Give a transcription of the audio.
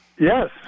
Yes